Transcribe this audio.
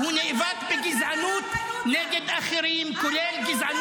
והוא נאבק בגזענות נגד אחרים -- אף אחד לא התגזען על איימן עודה.